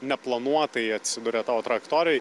neplanuotai atsiduria tavo trajektorijoj